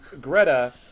Greta